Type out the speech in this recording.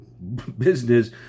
business